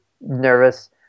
nervous